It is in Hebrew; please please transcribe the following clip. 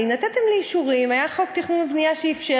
אפשר